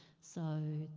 so,